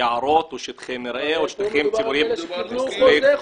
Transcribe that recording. ליערות או שטחי מרעה או --- זה על פי חוזה חוקי.